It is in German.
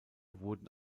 wurden